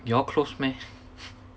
y'all close meh